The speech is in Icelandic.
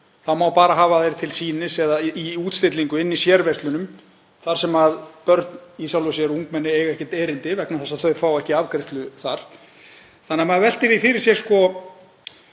Það má bara hafa þær til sýnis eða í útstillingu inni í sérverslunum þar sem börn og ungmenni eiga ekkert erindi vegna þess að þau fá ekki afgreiðslu þar. Þannig að maður veltir fyrir sér: